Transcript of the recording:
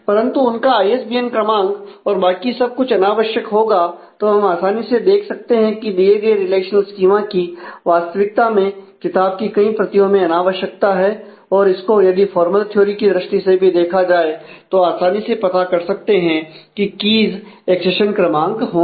परंतु उनका आईएसबीएन क्रमांक और बाकी सब कुछ अनावश्यक होगा तो हम आसानी से देख सकते हैं की दिए गए रिलेशन स्कीमा की वास्तविकता में किताब की कई प्रतियों में अनावश्यकता है और इसको यदि फॉर्मल थ्योरी एकसेशन क्रमांक होगी